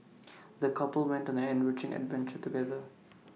the couple went on an enriching adventure together